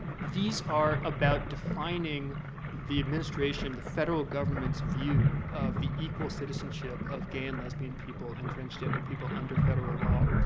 these are about defining the administration, the federal government's view of the equal citizenship of gay and lesbian people and transgender people under federal law.